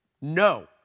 No